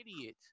Idiot